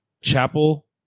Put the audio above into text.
Chapel